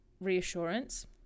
reassurance